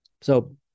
So-